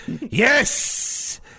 yes